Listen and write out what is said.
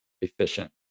efficient